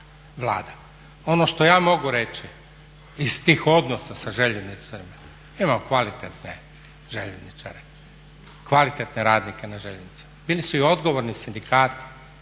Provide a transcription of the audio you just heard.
Ono što ja mogu reći iz tih odnosa sa željeznicom imamo kvalitetne željezničare, kvalitetne radnike ne željeznicama, bili su i odgovorni sindikati,